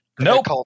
Nope